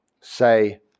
say